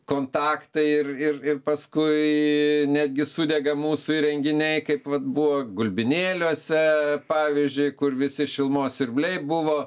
kontaktai ir ir ir paskui netgi sudega mūsų įrenginiai kaip vat buvo gulbinėliuose pavyzdžiui kur visi šilumos siurbliai buvo